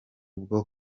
bwo